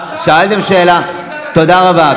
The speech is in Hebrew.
שאלתם שאלה, תודה רבה.